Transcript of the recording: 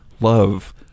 love